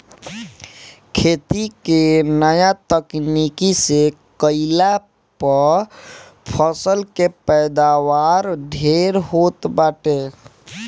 खेती के नया तकनीकी से कईला पअ फसल के पैदावार ढेर होत बाटे